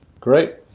Great